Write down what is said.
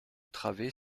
travée